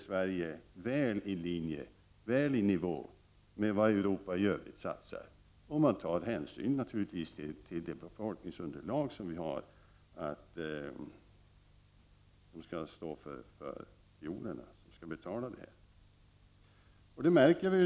Sverige ligger väl i nivå med vad Europa i Övrigt satsar, om man naturligvis tar hänsyn till det befolkningsunderlag som vi har och som skall stå för kostnaderna.